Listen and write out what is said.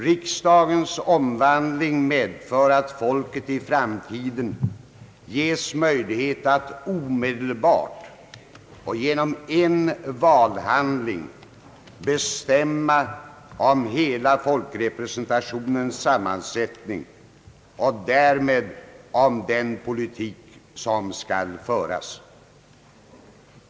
Riksdagens omvandling medför att folket i framtiden ges möjlighet att omedelbart och genom en valhandling bestämma om hela folkrepresentationens sammansättning och därmed om den politik som skall föras.